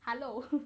hello